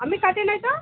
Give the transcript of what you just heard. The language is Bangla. আমি কাটি নাই তো